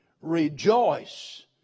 Rejoice